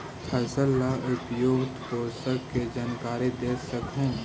फसल ला उपयुक्त पोषण के जानकारी दे सक हु?